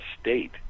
state